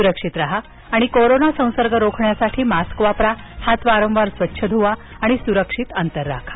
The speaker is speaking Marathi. सुरक्षित राहा आणि कोरोना संसर्ग रोखण्यासाठी मास्क वापरा हात वारंवार स्वच्छ धुवा आणि सुरक्षित अंतर राखा